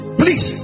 please